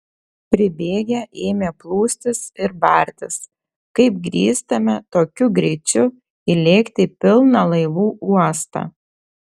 pribėgę ėmė plūstis ir bartis kaip drįstame tokiu greičiu įlėkti į pilną laivų uostą